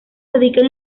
radican